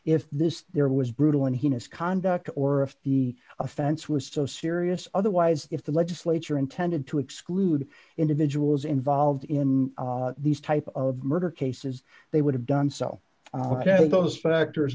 if this there was brutal in his conduct or if the offense was so serious otherwise if the legislature intended to exclude individuals involved in these type of murder cases they would have done so those factors